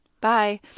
Bye